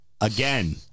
Again